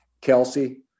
Kelsey